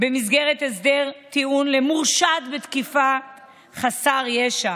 במסגרת הסדר טיעון למורשעת בתקיפת חסר ישע.